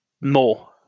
More